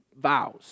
vows